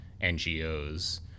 NGOs